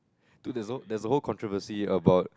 dude there's a whole there's a whole controversy about